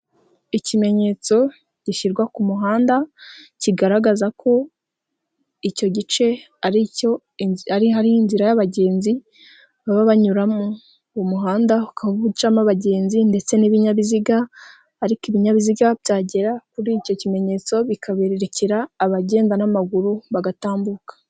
Ikimenyetso gishyirwa ku muhanda, kigaragaza ko icyo gice ari cyo ari hari inzira y'abagenzi baba banyuramo, uwo muhanda ukaba ucamo abagenzi ndetse n'ibinyabiziga, ariko ibinyabiziga byagera kuri icyo kimenyetso bikabererekera abagenda n'amaguru bagatambuka.